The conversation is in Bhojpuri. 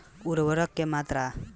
उर्वरक के मात्रा के आंकलन कईसे होला?